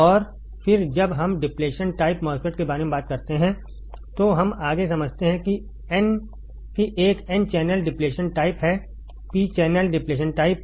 और फिर जब हम डिप्लेशन टाइप MOSFET के बारे में बात करते हैं तो हम आगे समझते हैं कि एक n चैनल डिप्लेशन टाइप है p चैनल डिप्लेशन टाइप